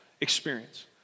experience